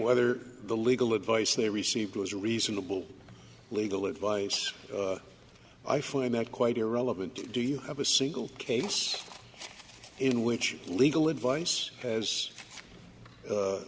whether the legal advice they received was reasonable legal advice i find that quite irrelevant do you have a single case in which legal advice has